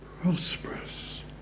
prosperous